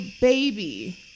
baby